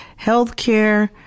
healthcare